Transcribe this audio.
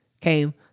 came